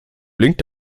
blinkt